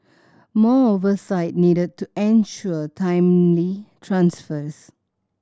more oversight needed to ensure timely transfers